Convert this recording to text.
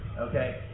okay